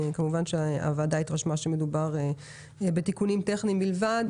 כמובן שהוועדה התרשמה שמדובר בתיקונים טכניים בלבד.